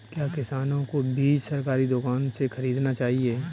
क्या किसानों को बीज सरकारी दुकानों से खरीदना चाहिए?